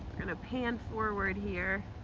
gonna pan forward here.